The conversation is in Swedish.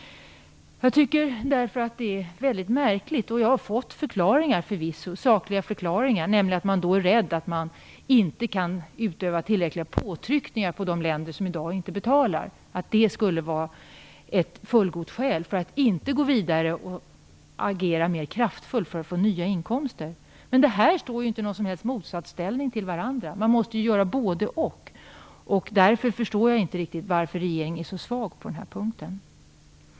Jag tycker att detta är mycket märkligt. Jag har förvisso fått sakliga förklaringar, nämligen att man då är rädd att man inte kan utöva tillräckliga påtryckningar på de länder som i dag inte betalar. Det skulle vara ett fullgott skäl för att inte gå vidare och agera mer kraftfullt för att få nya inkomster. Men dessa saker står inte i någon som helst motsatsställning till varandra. Man måste göra både och. Därför förstår jag inte riktigt varför regeringen är så svag på den här punkten.